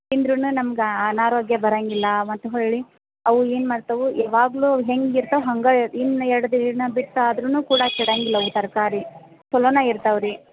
ತಿಂದ್ರೂ ನಮ್ಗೆ ಅನಾರೋಗ್ಯ ಬರೋಂಗಿಲ್ಲ ಮತ್ತು ಹೊರ್ಳಿ ಅವು ಏನು ಮಾಡ್ತವೆ ಯಾವಾಗಲೂ ಹೆಂಗೆ ಇರ್ತವೆ ಹಂಗೆ ಇನ್ನು ಎರಡು ದಿನ ಬಿಟ್ಟು ಆದ್ರೂ ಕೂಡ ಕೆಡೋಂಗಿಲ್ಲ ಅವು ತರಕಾರಿ ಚಲೋನೇ ಇರ್ತಾವೆ ರೀ